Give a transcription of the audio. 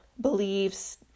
beliefs